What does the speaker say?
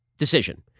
decision